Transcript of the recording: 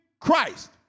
Christ